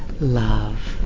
love